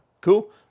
cool